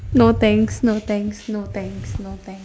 no thanks no thanks no thanks no thanks